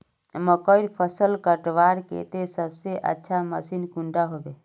मकईर फसल कटवार केते सबसे अच्छा मशीन कुंडा होबे?